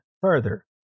further